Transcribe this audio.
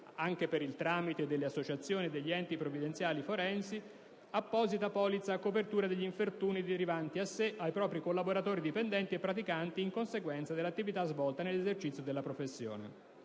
anche per il tramite delle associazioni e degli enti previdenziali forensi, apposita polizza a copertura degli infortuni derivanti a sé e ai propri collaboratori, dipendenti e praticanti in conseguenza dell'attività svolta nell'esercizio della professione,